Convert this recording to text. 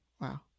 Wow